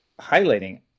highlighting